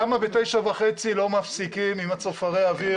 למה בתשע וחצי לא מפסיקים עם צופרי האוויר?